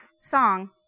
song